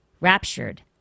raptured